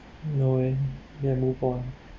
no eh ya move on